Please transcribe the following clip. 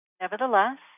Nevertheless